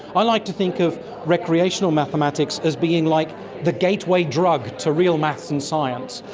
i like to think of recreational mathematics as being like the gateway drug to real maths and science.